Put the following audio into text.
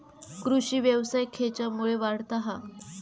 कृषीव्यवसाय खेच्यामुळे वाढता हा?